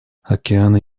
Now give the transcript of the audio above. океаны